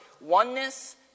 Oneness